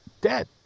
Dead